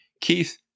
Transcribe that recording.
Keith